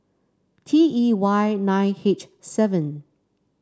T E Y nine H seven